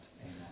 Amen